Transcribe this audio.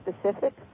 specific